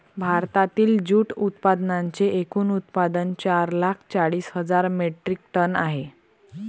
भारतातील जूट उत्पादनांचे एकूण उत्पादन चार लाख चाळीस हजार मेट्रिक टन आहे